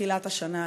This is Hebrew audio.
מתחילת השנה הזאת.